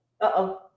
Uh-oh